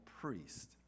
priest